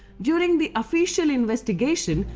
during the official investigation,